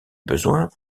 besoins